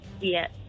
Yes